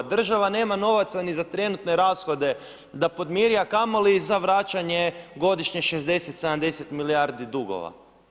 Država nema novaca ni za trenutne rashode da podmiri, a kamoli za vraćanje godišnje 60, 70 milijardi dugova.